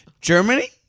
Germany